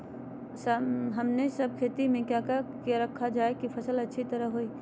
हमने सब खेती में क्या क्या किया रखा जाए की फसल अच्छी तरह होई?